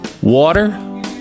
water